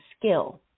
skill